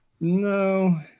No